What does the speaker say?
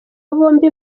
bombi